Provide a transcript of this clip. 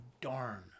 darn